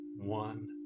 one